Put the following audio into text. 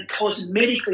cosmetically